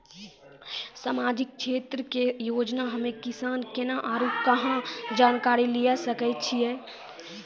समाजिक क्षेत्र के योजना हम्मे किसान केना आरू कहाँ जानकारी लिये सकय छियै?